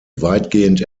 weitgehend